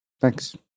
Thanks